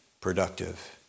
productive